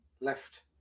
left